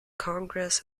congress